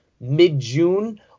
mid-june